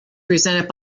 presented